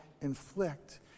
inflict